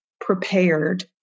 prepared